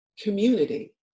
community